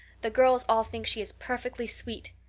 the girls all think she is perfectly sweet.